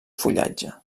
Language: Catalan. fullatge